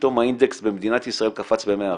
שפתאום האינדקס במדינת ישראל קפץ ב-100%,